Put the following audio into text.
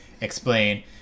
explain